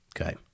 okay